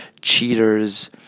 cheaters